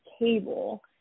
cable